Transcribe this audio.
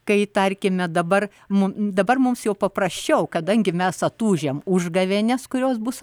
kai tarkime dabar mums dabar mums jau paprasčiau kadangi mes atūžėme užgavėnes kurios bus